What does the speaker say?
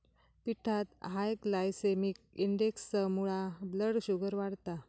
पिठात high glycaemic इंडेक्समुळा blood sugar वाढता